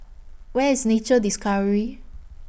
Where IS Nature Discovery